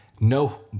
no